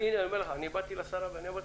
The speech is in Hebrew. באתי לשרה ואמרתי: